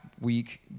week